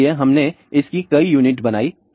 इसलिए हमने इसकी कई यूनिट बनाईं